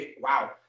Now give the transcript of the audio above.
Wow